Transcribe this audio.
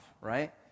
right